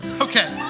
Okay